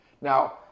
Now